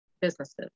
businesses